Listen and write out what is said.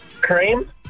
Cream